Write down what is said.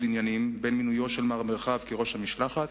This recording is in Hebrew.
עניינים בין מינויו של מר מרחב לראש המשלחת